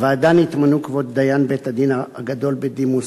לוועדה נתמנו כבוד דיין בית-הדין הגדול בדימוס,